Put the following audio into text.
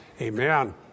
Amen